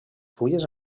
fulles